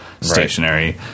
stationary